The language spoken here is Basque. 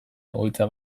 egoitza